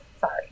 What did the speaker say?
sorry